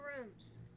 rooms